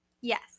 Yes